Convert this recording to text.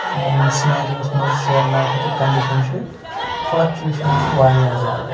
سِنیریووَس منٛز شِیَر مارکٮ۪ٹٕکۍ کَنڈِشَن چھِ فٕلَکچٕویشَن چھِ واریاہ زیادٕ